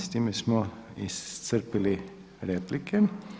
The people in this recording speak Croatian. S time smo iscrpili replike.